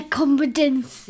confidence